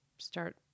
start